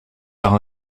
par